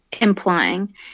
implying